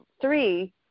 three